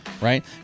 right